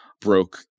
broke